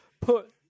put